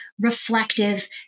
reflective